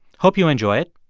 hope you enjoy it.